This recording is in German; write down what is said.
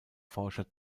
forscher